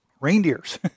reindeers